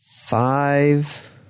five